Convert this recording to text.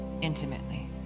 intimately